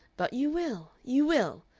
but you will, you will.